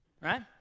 Right